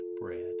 Bread